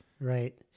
right